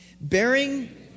Bearing